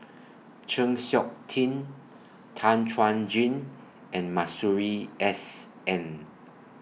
Chng Seok Tin Tan Chuan Jin and Masuri S N